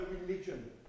religion